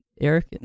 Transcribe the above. Eric